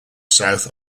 south